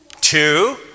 Two